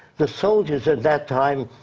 the soldiers at that time